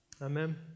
Amen